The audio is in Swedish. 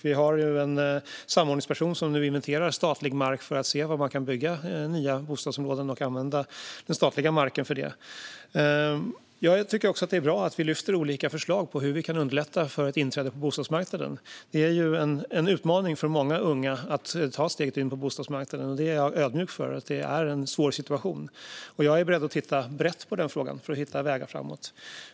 Vi har ju en samordningsperson som nu inventerar statlig mark för att se var man kan bygga nya bostadsområden och använda den statliga marken för det. Jag tycker också att det är bra att vi lyfter fram olika förslag på hur vi kan underlätta för människors inträde på bostadsmarknaden. Det är ju en utmaning för många unga att ta steget in på bostadsmarknaden, och jag är ödmjuk inför att det är en svår situation. Jag är beredd att titta brett på den frågan för att hitta vägar framåt.